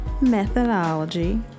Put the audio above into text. methodology